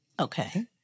Okay